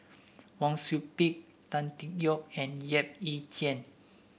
Wang Sui Pick Tan Tee Yoke and Yap Ee Chian